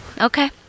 okay